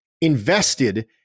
invested